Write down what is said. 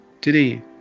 Today